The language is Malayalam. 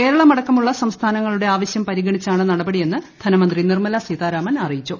കേരളം അടക്കമുള്ള സംസ്ഥാനങ്ങളുടെ ആവശ്യം പരിഗണിച്ചാണ് നടപടിയെന്ന് ധനമന്ത്രി നിർമല സീതാരാമൻ അറിയിച്ചു